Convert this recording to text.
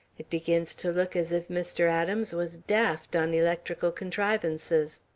it begins to look as if mr. adams was daft on electrical contrivances.